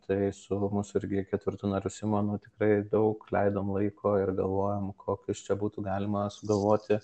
tai su mūsų irgi ketvirtu nariu simonu tikrai daug leidom laiko ir galvojom kokius čia būtų galima sugalvoti